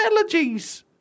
allergies